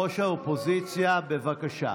ראש האופוזיציה, בבקשה.